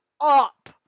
up